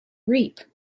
reap